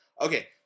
Okay